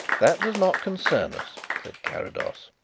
that does not concern us, said carrados.